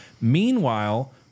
Meanwhile